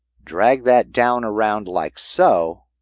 drag that down around like so,